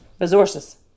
Resources